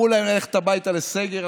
אמרו להם ללכת הביתה לסגר,